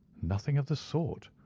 nothing of the sort.